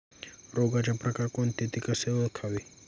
रोगाचे प्रकार कोणते? ते कसे ओळखावे?